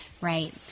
Right